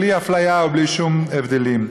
בלי אפליה ובלי שום הבדלים.